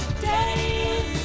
day